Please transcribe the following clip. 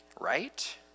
Right